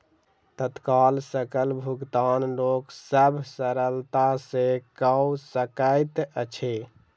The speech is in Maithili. तत्काल सकल भुगतान लोक सभ सरलता सॅ कअ सकैत अछि